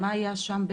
מה היה שם?